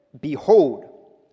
Behold